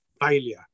failure